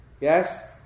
Yes